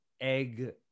egg